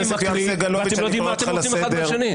מקריא ואתם לא יודעים מה אתם רוצים אחד מהשני.